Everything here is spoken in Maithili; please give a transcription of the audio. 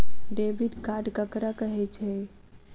डेबिट कार्ड ककरा कहै छै?